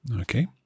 Okay